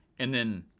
and then,